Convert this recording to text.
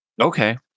Okay